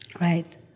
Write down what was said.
Right